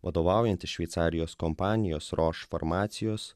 vadovaujantis šveicarijos kompanijos roš farmacijos